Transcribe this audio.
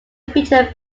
feature